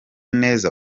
neza